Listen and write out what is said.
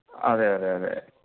അതേ അതേ അതേ